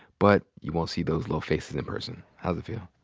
but you won't see those little faces in in person. how does it feel?